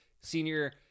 senior